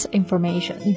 information